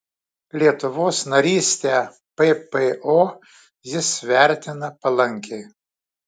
lietuvos narystę ppo jis vertina palankiai